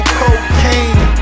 cocaine